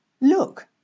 look